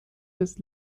des